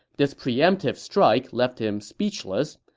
this preemptive strike left him speechless,